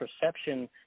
perception